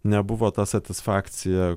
nebuvo ta satisfakcija